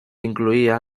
incluía